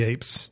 Apes